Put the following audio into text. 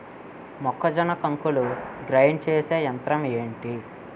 మొక్కజొన్న కంకులు గ్రైండ్ చేసే యంత్రం ఏంటి?